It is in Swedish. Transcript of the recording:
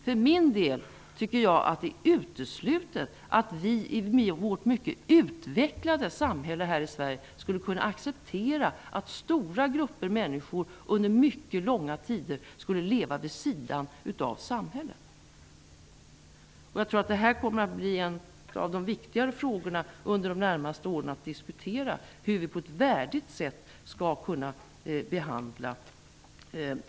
Jag tycker för min del att det är uteslutet att vi i vårt mycket utvecklade samhälle här i Sverige kan acceptera att stora grupper människor under mycket lång tid lever vid sidan av samhället. Jag tror att detta kommer att bli en av de viktigaste frågorna att diskutera under de närmaste åren. Hur skall vi kunna behandla våra flyktingar på ett värdigt sätt? Herr talman!